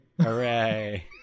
hooray